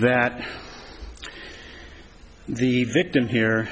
that the victim here